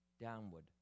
downward